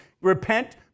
Repent